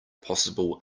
possible